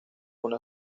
una